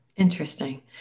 Interesting